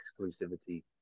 exclusivity